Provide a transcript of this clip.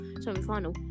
semi-final